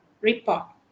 report